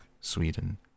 Sweden